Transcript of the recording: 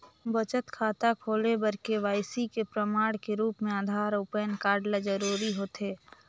बचत खाता खोले बर के.वाइ.सी के प्रमाण के रूप म आधार अऊ पैन कार्ड ल जरूरी होथे